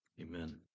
Amen